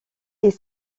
est